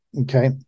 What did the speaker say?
Okay